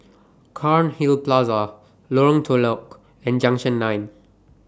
Cairnhill Plaza Lorong Telok and Junction nine